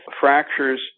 fractures